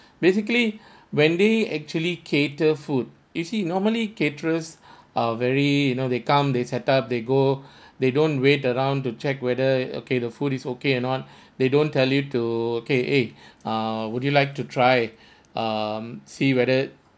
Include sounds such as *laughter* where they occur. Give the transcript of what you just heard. basically *breath* when they actually cater food you see normally caterers *breath* are very you know they come they set up they go *breath* they don't wait around to check whether okay the food is okay or not *breath* they don't tell you to K eh *breath* err would you like to try *breath* um see whether